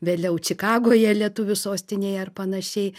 vėliau čikagoje lietuvių sostinėje ar panašiai